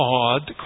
odd